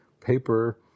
paper